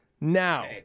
now